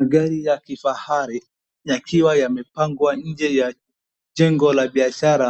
Magari ya kifahari yakiwa yamepangwa nje ya jengo la biashara